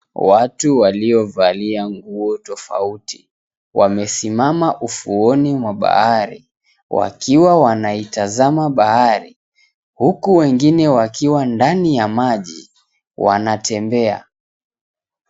Watu waliovalia nguo tofauti wamesimam ufuoni mwa bahari wakiwa wanaitazama bahari huku wengine wakiwa ndani ya maji wanatembea.